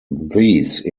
these